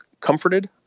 comforted